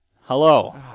hello